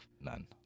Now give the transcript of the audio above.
None